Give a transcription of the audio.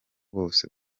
bose